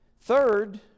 Third